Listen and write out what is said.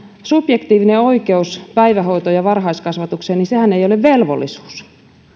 subjektiivinen oikeus päivähoitoon ja varhaiskasvatukseen ei ole velvollisuus